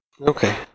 Okay